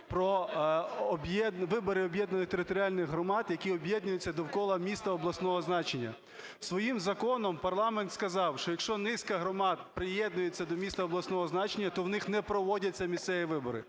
про вибори об'єднаних територіальних громад, які об'єднуються довкола міста обласного значення. Своїм законом парламент, що якщо низка громад приєднується до міста обласного значення, то в них не проводяться місцеві вибори.